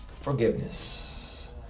forgiveness